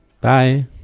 Bye